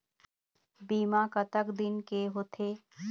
बीमा कतक दिन के होते?